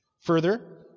Further